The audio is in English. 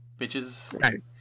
Bitches